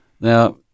Now